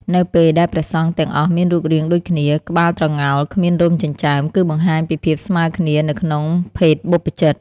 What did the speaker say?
នៅពេលដែលព្រះសង្ឃទាំងអស់មានរូបរាងដូចគ្នា (ក្បាលត្រងោល គ្មានរោមចិញ្ចើម) គឺបង្ហាញពីភាពស្មើគ្នានៅក្នុងភេទបព្វជិត។